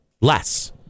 less